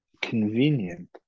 convenient